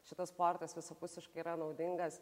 šitas sportas visapusiškai yra naudingas